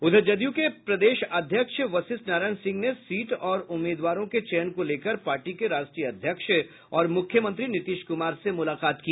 उधर जदयू के प्रदेश अध्यक्ष वशिष्ठ नारायण सिंह ने सीट और उम्मीदवारों के चयन को लेकर पार्टी के राष्ट्रीय अध्यक्ष और मुख्यमंत्री नीतीश कुमार से मुलाकात की